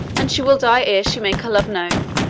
and she will die ere she make her love known,